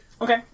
Okay